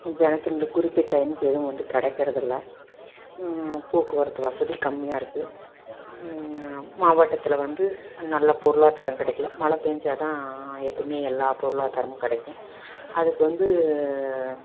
ஜனத்துங்களுக்கு குறிப்பிட்ட எண் எதுவும் கிடைக்குறது இல்லை போக்குவரத்து வசதி கம்மியாக இருக்குது மாவட்டத்தில் வந்து நல்ல பொருளாதாரம் கிடைக்கல மழை பெஞ்சால் தான் எப்போமே எல்லா பொருளாதாரமும் கிடைக்கும் அதுக்கு வந்து